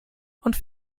und